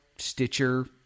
stitcher